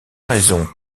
raison